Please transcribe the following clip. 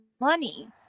money